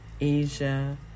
Asia